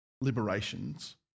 liberations